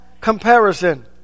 comparison